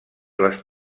les